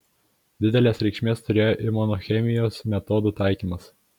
didelės reikšmės turėjo imunochemijos metodų taikymas